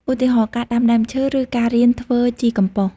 ឧទាហរណ៍ ការដាំដើមឈើឬការរៀនធ្វើជីកំប៉ុស។